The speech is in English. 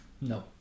No